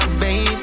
baby